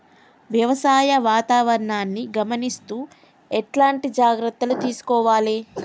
వ్యవసాయ వాతావరణాన్ని గమనిస్తూ ఎట్లాంటి జాగ్రత్తలు తీసుకోవాలే?